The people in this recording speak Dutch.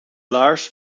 laars